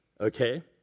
okay